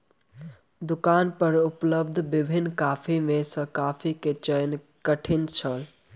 दुकान पर उपलब्ध विभिन्न कॉफ़ी में सॅ कॉफ़ी के चयन कठिन छल